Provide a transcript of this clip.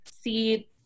see